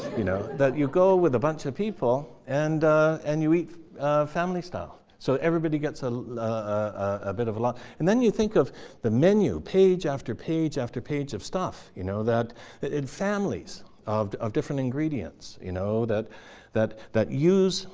you know you go with a bunch of people, and and you eat family style. so everybody gets a ah bit of like and then you think of the menu, page after page after page of stuff you know that in families of of different ingredients you know that that use